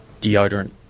deodorant